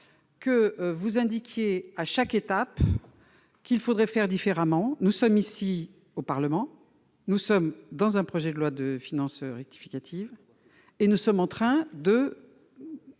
que vous indiquiez à chaque étape qu'il faudrait faire différemment. Nous sommes au Parlement, nous examinons un projet de loi de finances rectificative et sommes en train